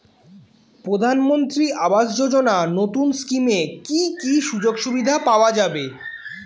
প্রধানমন্ত্রী আবাস যোজনা নতুন স্কিমে কি কি সুযোগ সুবিধা পাওয়া যাবে?